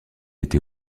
été